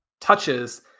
touches